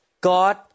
God